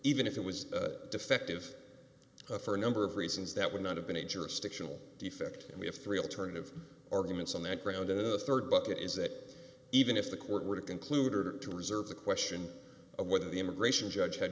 even if it was defective for a number of reasons that would not have been a jurisdictional defect and we have three alternative arguments on that ground and the rd bucket is that even if the court were to conclude or to reserve the question of whether the immigration judge had